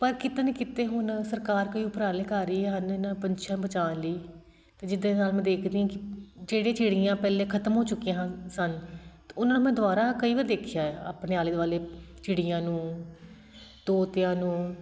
ਪਰ ਕਿਤੇ ਨਾ ਕਿਤੇ ਹੁਣ ਸਰਕਾਰ ਕੋਈ ਉਪਰਾਲੇ ਕਰ ਰਹੀਆਂ ਹਨ ਇਹਨਾਂ ਪੰਛੀਆਂ ਬਚਾਉਣ ਲਈ ਅਤੇ ਜਿਹਦੇ ਨਾਲ਼ ਮੈਂ ਦੇਖਦੀ ਹਾਂ ਕਿ ਜਿਹੜੇ ਚਿੜੀਆਂ ਪਹਿਲੇ ਖ਼ਤਮ ਹੋ ਚੁੱਕੀਆਂ ਹਨ ਸਨ ਉਹਨਾਂ ਨੂੰ ਮੈਂ ਦੁਬਾਰਾ ਕਈ ਵਾਰ ਦੇਖਿਆ ਆ ਆਪਣੇ ਆਲੇ ਦੁਆਲੇ ਚਿੜੀਆਂ ਨੂੰ ਤੋਤਿਆਂ ਨੂੰ